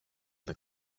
the